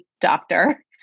doctor